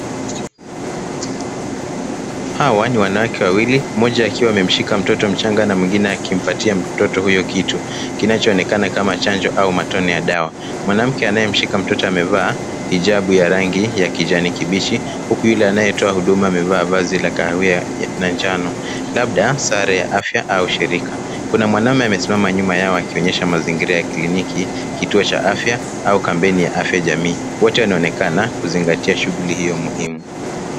Hawa ni wanawake wawili, mmoja akiwa amemshika mtoto mchanga na mwingine akimpatia mtoto huyo kitu kinachoonekana kama chanjo au matone ya dawa. Mwanamke anayemshika mtoto amevaa hijabu ya rangi ya kijani kibichi, huku yule anayetoa huduma amevaa vazi la kahawia na njano, labda sare ya afya au shirika. Kuna mwanaume amesimama nyuma yao akionyesha mazingira ya kliniki, kituo cha afya au kampeni ya afya jamii. Wote wanaonekana kuzingatia shuguli hiyo muhimu.